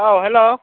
औ हेलौ